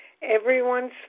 everyone's